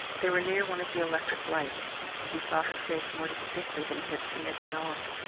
they were near one of the electric lights, and he saw her face more distinctly than he had seen it at all,